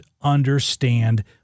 understand